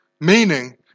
meaning